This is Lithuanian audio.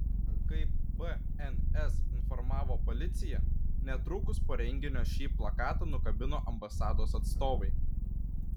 kaip bns informavo policija netrukus po renginio šį plakatą nukabino ambasados atstovai